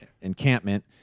encampment